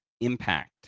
impact